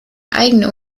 eigene